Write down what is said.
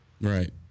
Right